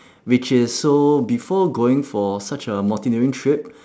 which is so before going for such a mountaineering trip